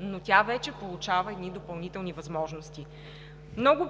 но тя вече получава едни допълнителни възможности. Много